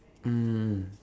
um